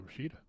Rashida